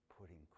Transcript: putting